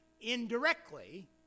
indirectly